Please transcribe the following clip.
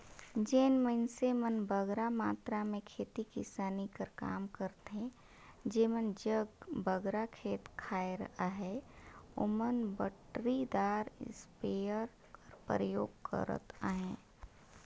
जेन मइनसे मन बगरा मातरा में खेती किसानी कर काम करथे जेमन जग बगरा खेत खाएर अहे ओमन बइटरीदार इस्पेयर कर परयोग करत अहें